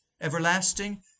everlasting